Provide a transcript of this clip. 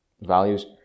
values